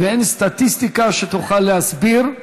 ואין סטטיסטיקה שתוכל להסביר,